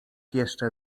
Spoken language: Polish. jeszcze